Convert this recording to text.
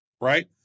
right